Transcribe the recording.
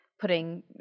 putting